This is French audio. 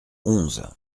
onze